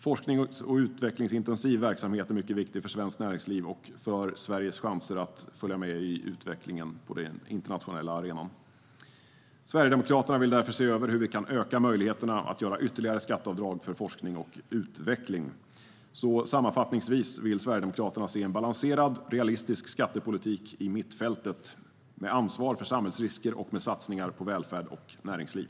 Forsknings och utvecklingsintensiv verksamhet är mycket viktig för svenskt näringsliv och för Sveriges chanser att följa med i utvecklingen på den internationella arenan. Sverigedemokraterna vill därför se över hur vi kan öka möjligheterna att göra ytterligare skatteavdrag för forskning och utveckling. Sammanfattningsvis vill Sverigedemokraterna se en balanserad realistisk skattepolitik i mittfältet med ansvar för samhällsrisker och med satsningar på välfärd och näringsliv.